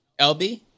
LB